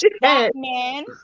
Batman